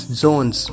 zones